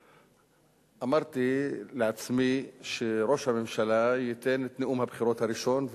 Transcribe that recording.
אמרתי לעצמי שראש הממשלה ייתן את נאום הבחירות הראשון,